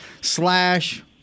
slash